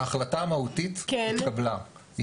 ההחלטה המהותית התקבלה.